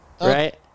Right